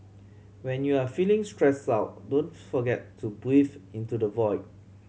when you are feeling stressed out don't forget to breathe into the void